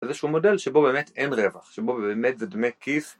איזשהו מודל שבו באמת אין רווח, שבו באמת זה דמי כיס